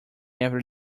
ever